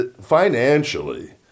financially